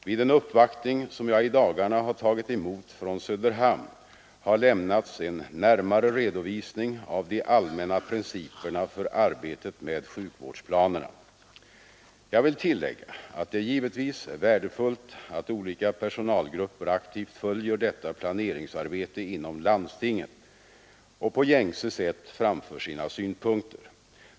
Vid en uppvaktning som jag i dagarna tagit emot från Söderhamn har lämnats en närmare redovisning av de allmänna principerna för arbetet med sjukvårdsplanerna. Jag vill tillägga att det givetvis är värdefullt att olika personalgrupper aktivt följer detta planeringsarbete inom landstingen och på gängse sätt framför sina synpunkter.